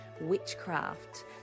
witchcraft